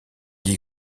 dit